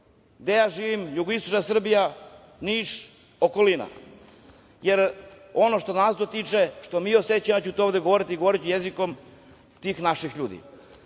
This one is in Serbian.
gde ja živim, jugoistočna Srbija, Niš i okolina, jer je to ono što nas dotiče, što mi osećamo. Ja ću o tome govoriti i govoriću jezikom tih naših ljudi. Evo,